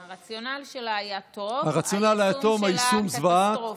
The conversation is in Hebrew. הרציונל שלה היה טוב, היישום שלה, קטסטרופה.